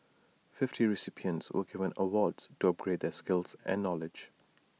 fifty recipients were given awards to upgrade their skills and knowledge